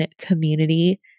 community